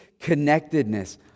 connectedness